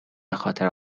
بخاطر